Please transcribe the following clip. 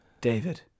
David